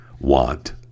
want